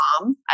mom